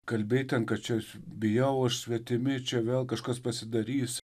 kalbėt ten kad čia bijau ašsvetimi čia vėl kažkas pasidarys